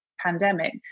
pandemic